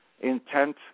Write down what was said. intent